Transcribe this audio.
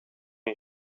een